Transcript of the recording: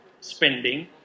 spending